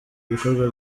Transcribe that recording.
ibikorwa